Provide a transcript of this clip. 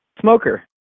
smoker